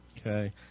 Okay